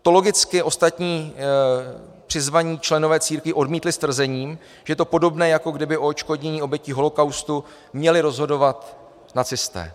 To logicky ostatní přizvaní členové církví odmítli s tvrzením, že je to podobné, jako kdyby o odškodnění obětí holocaustu měli rozhodovat nacisté.